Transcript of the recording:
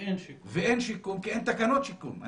ואין שיקום כי אין תקנות שיקום.